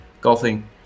golfing